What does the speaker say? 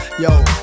Yo